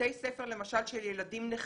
של ילדים נכים,